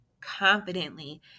confidently